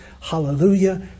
hallelujah